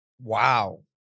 Wow